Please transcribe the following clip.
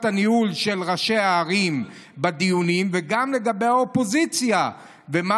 הניהול של ראשי הערים בדיונים וגם לגבי האופוזיציה ומה